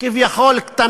ולממשלה